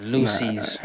Lucy's